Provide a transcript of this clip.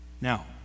Now